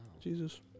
Jesus